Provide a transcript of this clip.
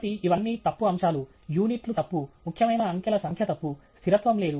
కాబట్టి ఇవన్నీ తప్పు అంశాలు యూనిట్లు తప్పు ముఖ్యమైన అంకెల సంఖ్య తప్పు స్థిరత్వం లేదు